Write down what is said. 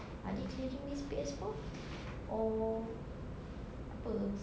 are they clearing these P_S four or apa